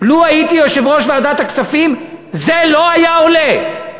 לו הייתי יושב-ראש ועדת הכספים, זה לא היה עולה.